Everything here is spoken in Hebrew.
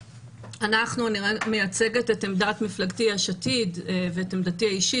אני מייצגת את עמדת מפלגתי ואת עמדתי האישית,